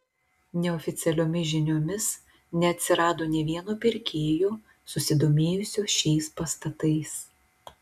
neoficialiomis žiniomis neatsirado nė vieno pirkėjo susidomėjusio šiais pastatais